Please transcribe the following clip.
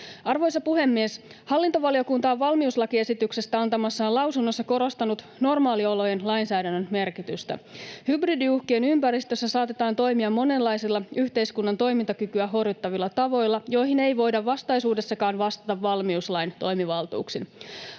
Arvoisa puhemies! Hallintovaliokunta on valmiuslakiesityksestä antamassaan lausunnossa korostanut normaaliolojen lainsäädännön merkitystä. Hybridiuhkien ympäristössä saatetaan toimia monenlaisilla yhteiskunnan toimintakykyä horjuttavilla tavoilla, joihin ei voida vastaisuudessakaan vastata valmiuslain toimivaltuuksin.